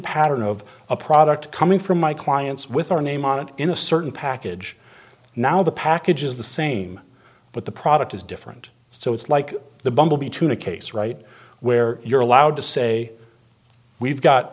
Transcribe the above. pattern of a product coming from my clients with our name on it in a certain package now the package is the same but the product is different so it's like the bumblebee tuna case right where you're allowed to say we've got